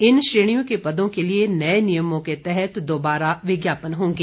इन श्रेणियों के पदों के लिए नए नियमों के तहत दोबारा विज्ञापन होंगे